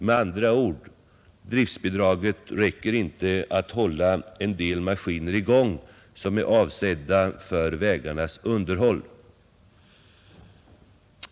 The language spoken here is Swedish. Med andra ord: driftbidraget räcker inte att hålla i gång en del maskiner som är avsedda för vägarnas underhåll.